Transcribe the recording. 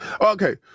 Okay